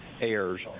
heirs